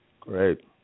Great